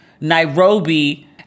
Nairobi